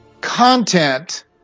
content